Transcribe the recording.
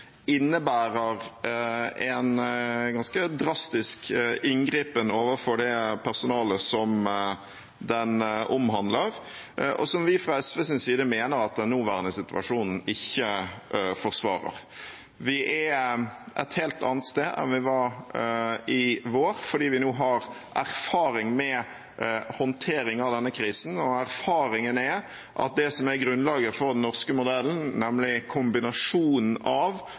innebærer en ganske drastisk inngripen overfor det personalet det omhandler, og som vi fra SVs side mener at den nåværende situasjonen ikke forsvarer. Vi er et helt annet sted enn vi var i vår, fordi vi nå har erfaring med håndtering av denne krisen, og erfaringen er at det som er grunnlaget for den norske modellen, nemlig kombinasjonen av